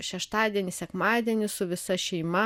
šeštadienį sekmadienį su visa šeima